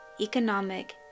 economic